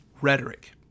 rhetoric